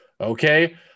Okay